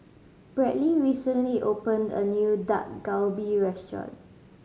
Bradly recently opened a new Dak Galbi Restaurant